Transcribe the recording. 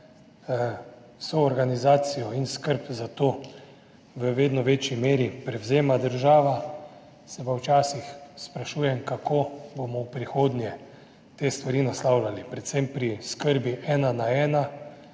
Soorganizacijo in skrb za to v vedno večji meri prevzema država, se pa včasih sprašujem, kako bomo v prihodnje te stvari naslavljali, predvsem pri skrbi ena na ena,